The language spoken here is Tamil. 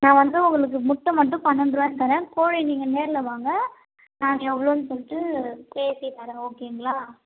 நான் வந்து உங்களுக்கு முட்டை மட்டும் பன்னெண்டு ருபானு தரேன் கோழி நீங்கள் நேரில் வாங்க நாங்கள் எவ்வளோன் சொல்லிட்டு பேசி தரோம் ஓகேங்களா